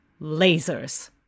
lasers